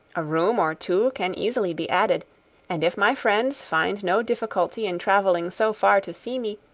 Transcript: a room or two can easily be added and if my friends find no difficulty in travelling so far to see me,